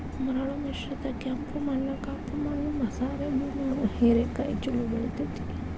ಮರಳು ಮಿಶ್ರಿತ ಕೆಂಪು ಮಣ್ಣ, ಕಪ್ಪು ಮಣ್ಣು ಮಸಾರೆ ಭೂಮ್ಯಾಗು ಹೇರೆಕಾಯಿ ಚೊಲೋ ಬೆಳೆತೇತಿ